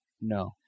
No